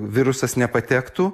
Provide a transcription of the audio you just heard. virusas nepatektų